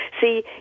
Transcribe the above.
See